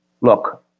Look